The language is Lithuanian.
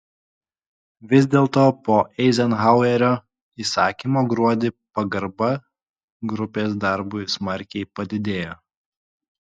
vis dėlto po eizenhauerio įsakymo gruodį pagarba grupės darbui smarkiai padidėjo